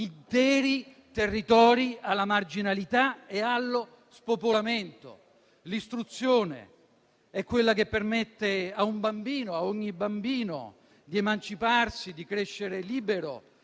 interi territori alla marginalità e allo spopolamento. L'istruzione è quella che permette a ogni bambino di emanciparsi e crescere libero.